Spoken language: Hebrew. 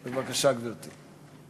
בבקשה, גברתי.